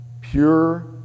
pure